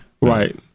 Right